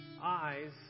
eyes